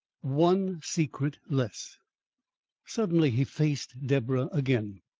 one secret less suddenly he faced deborah again.